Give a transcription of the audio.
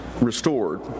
restored